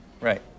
Right